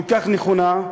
כל כך נכונה,